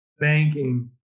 banking